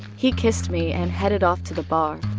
he kissed me and headed off to the bar.